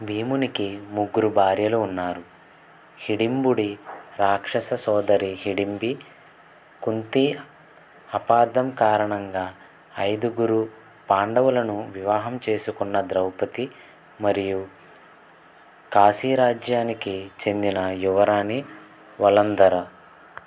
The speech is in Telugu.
భీమునికి ముగ్గురు భార్యలు ఉన్నారు హిడింబుడి రాక్షస సోదరి హిడింబి కుంతి అపార్థం కారణంగా ఐదుగురు పాండవులను వివాహం చేసుకున్న ద్రౌపది మరియు కాశీ రాజ్యానికి చెందిన యువరాణి వలంధర